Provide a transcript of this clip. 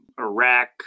Iraq